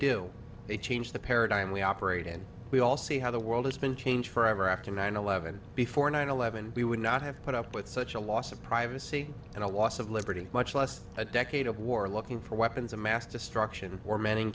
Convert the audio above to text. do they change the paradigm we operate in we all see how the world has been changed forever after nine eleven before nine eleven we would not have put up with such a loss of privacy and a loss of liberty much less a decade of war looking for weapons of mass destruction or mannin